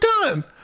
done